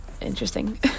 interesting